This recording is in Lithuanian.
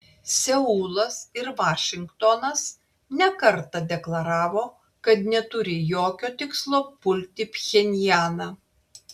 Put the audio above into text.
seulas ir vašingtonas ne kartą deklaravo kad neturi jokio tikslo pulti pchenjaną